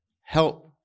help